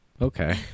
Okay